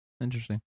interesting